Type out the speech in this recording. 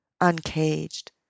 uncaged